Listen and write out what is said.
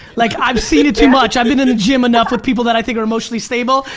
like i've seen it too much. i've been in a gym enough with people that i think are emotionally stable.